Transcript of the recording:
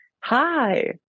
hi